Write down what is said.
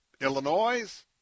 Illinois